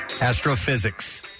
Astrophysics